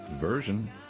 version